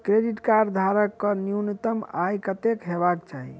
Credit card धारक कऽ न्यूनतम आय कत्तेक हेबाक चाहि?